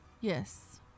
Yes